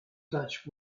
dutch